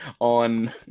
on